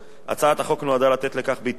הצעת החוק נועדה לתת לכך ביטוי גם בחוק